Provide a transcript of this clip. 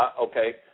okay